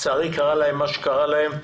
לצערי קרה להם מה שקרה להם.